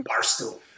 Barstool